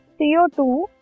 CO2